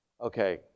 Okay